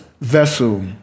vessel